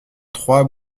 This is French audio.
trois